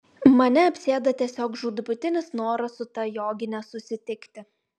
mane apsėda tiesiog žūtbūtinis noras su ta jogine susitikti